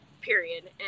Period